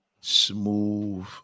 smooth